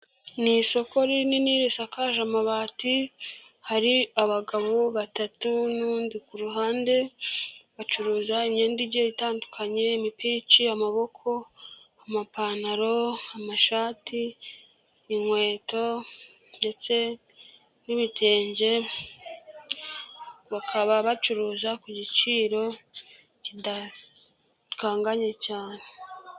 Ni isoko rinini risakaje amabati, hari abagabo batatu n'uwundi ku ruhande, bacuruza imyenda igiye itandukanye, imipira iciye amaboko, amapantaro, amashati, inkweto ndetse n'ibitenge, bakaba bacuruza ku giciro kidakanganye cyane.